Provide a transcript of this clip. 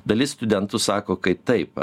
dalis studentų sako kad taip